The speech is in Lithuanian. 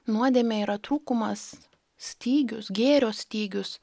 nuodėmė yra trūkumas stygius gėrio stygius